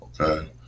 okay